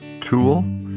Tool